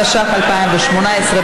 התשע"ח 2018,